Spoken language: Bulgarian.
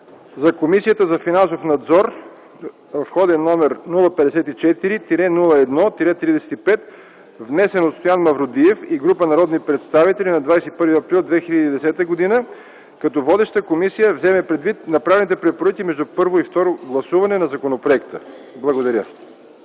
за Комисията за финансов надзор, № 054-01-35, внесен от Стоян Мавродиев и група народни представители на 21 април 2010 г., като водещата комисия вземе предвид направените препоръки между първо и второ гласуване на законопроекта.” Благодаря.